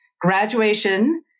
graduation